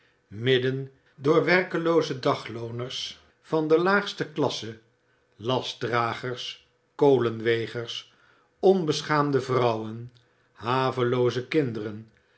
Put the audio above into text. midden door werkelooze daglooners van de laagste klasse lastdragers kolenwegers onbeschaamde vrouwen havelooze kinderen